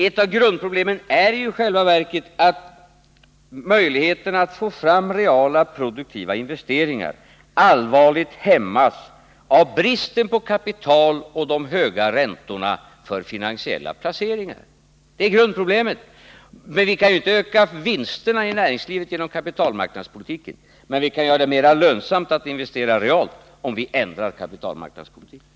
Ett av grundproblemen är i själva verket att möjligheterna att få fram reala produktiva investeringar allvarligt hämmas av bristen på kapital och de höga räntorna för finansiella placeringar. Det är grundproblemet. Vi kan ju inte öka vinsterna i näringslivet genom kapitalmarknadspolitik, men vi kan göra det mera lönsamt att investera realt, om vi ändrar kapitalmarknadspolitiken.